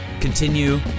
continue